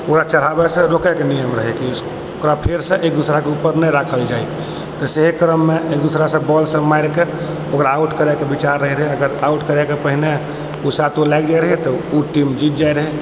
ओकरा चढ़ाबैसँ रोकयके नियम रहै कि ओकरा फेर सँ एक दोसराके उपर नहि राखल जाइ तऽ सेहे क्रममे एक दोसराके बॉलसँ मारिकऽ ओकरा आउट करैके विचार रहै रहै अगर आउट करैके पहिने उ सातो लागि जाइ रहै तऽ उ टीम जीत जाइत रहै